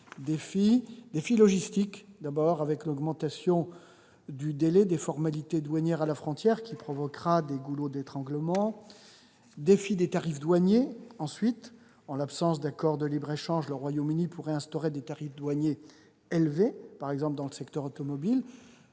défi logistique, d'abord, avec l'augmentation du délai des formalités douanières à la frontière, qui provoquera des goulets d'étranglement. Un défi des tarifs douaniers, ensuite : en l'absence d'accord de libre-échange, le Royaume-Uni pourrait instaurer des tarifs douaniers élevés, par exemple dans le secteur automobile,